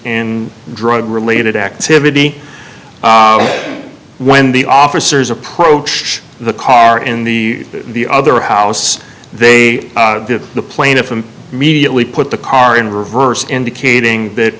in drug related activity when the officers approach the car in the the other house they did the plaintiff and mediately put the car in reverse indicating that